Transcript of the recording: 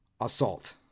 assault